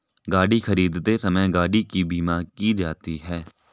गाड़ी खरीदते समय गाड़ी की बीमा की जाती है